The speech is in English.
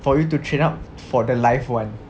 for you to train up for the live [one]